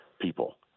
people